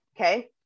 okay